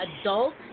adult